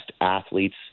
athletes